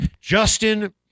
Justin